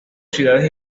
ciudades